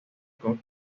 con